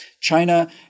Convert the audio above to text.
China